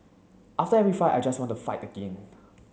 after every fight I just want to fight again